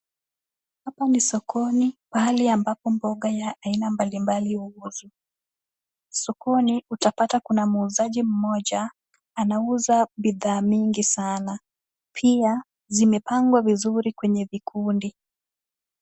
Hapa ni sokoni pahali ambapo mboga aina mbalimbali huuzwa. Sokoni utapata kuna muuzaji mmoja anauza bidhaa nyingi sana. Pia zimepangwa vizuri kwenye vikundi.